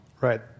Right